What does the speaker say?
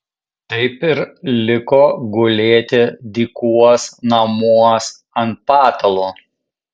taip ir liko gulėti dykuos namuos ant patalo